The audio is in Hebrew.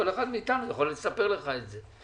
כל אחד מאתנו יכול לספר לך את זה.